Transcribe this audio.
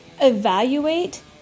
evaluate